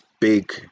big